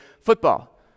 football